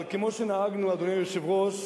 אבל כמו שנהגנו, אדוני היושב-ראש,